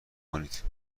کنید